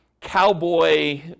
cowboy